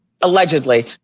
Allegedly